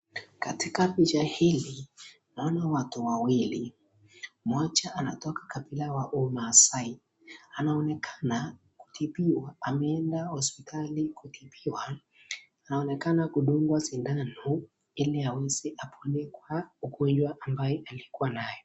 Katika picha hii naona watu wawili moja anatoka kabla ya huyu masaai anaonekana kutipiwa Amina hospitali kutipiwa inaonekana kudukwa sindano hili awese apone kea ugonjwa alikuwa nayo.